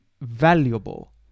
valuable